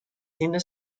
sinna